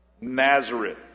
Nazareth